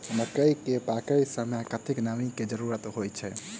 मकई केँ पकै समय मे कतेक नमी केँ जरूरत होइ छै?